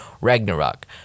ragnarok